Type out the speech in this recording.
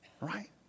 right